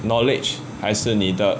knowledge 还是你的